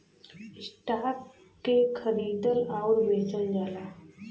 stock के खरीदल आउर बेचल जाला